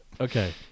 Okay